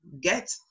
get